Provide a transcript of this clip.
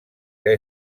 que